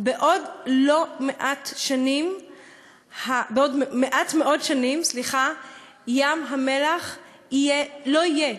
בעוד מעט מאוד שנים ים-המלח לא יהיה,